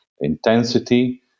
intensity